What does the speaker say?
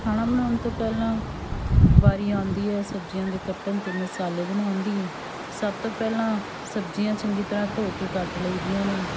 ਖਾਣਾ ਬਣਾਉਣ ਤੋਂ ਪਹਿਲਾਂ ਵਾਰੀ ਆਉਂਦੀ ਹੈ ਸਬਜ਼ੀਆਂ ਦੇ ਕੱਟਣ ਅਤੇ ਮਸਾਲੇ ਬਣਾਉਣ ਦੀ ਸਭ ਤੋਂ ਪਹਿਲਾਂ ਸਬਜ਼ੀਆਂ ਚੰਗੀ ਤਰ੍ਹਾਂ ਧੋ ਕੇ ਕੱਟ ਲਈਦੀਆਂ ਨੇ